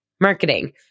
marketing